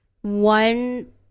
one